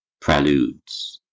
Preludes